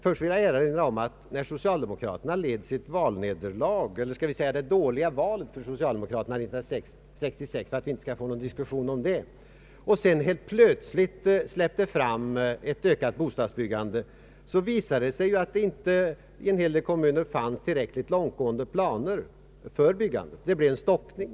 Först vill jag erinra om att när socialdemokraterna led sitt valnederlag, eller låt mig för att undvika diskussion säga det dåliga valet för socialdemokraterna 1966, och sedan plötsligt släppte fram ett ökat bostadsbyggande, visade det sig att en hel del kommuner inte hade tillräckligt långtgående planer för byggande.